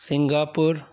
Singapore